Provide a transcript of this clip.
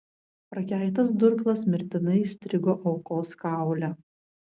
prakeiktas durklas mirtinai įstrigo aukos kaule